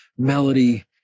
Melody